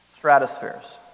stratospheres